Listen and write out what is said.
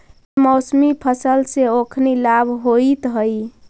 बेमौसमी फसल से ओखनी लाभ होइत हइ